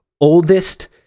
oldest